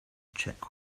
check